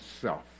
self